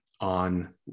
on